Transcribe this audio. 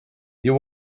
you